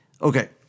Okay